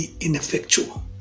ineffectual